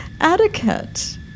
etiquette